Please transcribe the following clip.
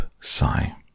sigh